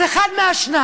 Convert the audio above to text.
אז אחד מהשניים,